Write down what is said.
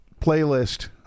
playlist